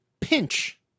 pinch